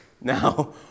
Now